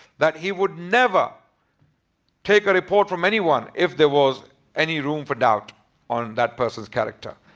that he would never take a report from anyone, if there was any room for doubt on that person's character.